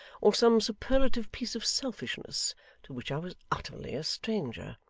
or some superlative piece of selfishness to which i was utterly a stranger.